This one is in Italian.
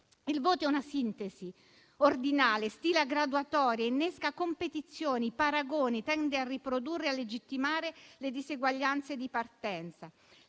Il voto è una sintesi ordinale, stila graduatorie, innesca competizioni e paragoni, tende a riprodurre e a legittimare le diseguaglianze di partenza.